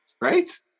right